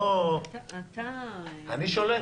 אני שולט?